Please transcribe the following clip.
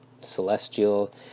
Celestial